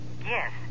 Yes